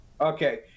Okay